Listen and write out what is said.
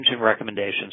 recommendations